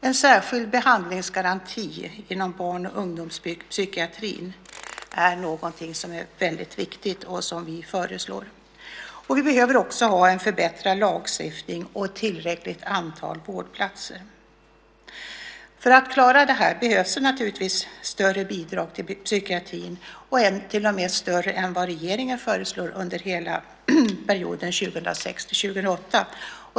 En särskild behandlingsgaranti inom barn och ungdomspsykiatrin är mycket viktig och något som vi föreslår. Vi behöver också en förbättrad lagstiftning och ett tillräckligt antal vårdplatser. För att klara detta behövs naturligtvis större bidrag till psykiatrin, till och med större än vad regeringen föreslår under hela perioden 2006-2008.